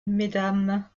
mesdames